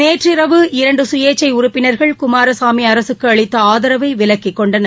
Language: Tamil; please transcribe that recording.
நேற்று இரவு இரண்டு சுயேச்சை உறுப்பினர்கள் குமாரசாமி அரசுக்கு அளித்த ஆதரவை விலக்கிக் கொண்டனர்